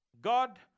God